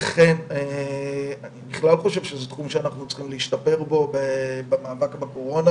אני בכלל חושב שזה תחום שאנחנו צריכים להשתפר בו במאבק בקורונה,